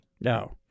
No